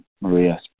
Maria